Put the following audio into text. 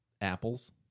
apples